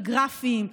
הגרפיים,